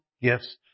gifts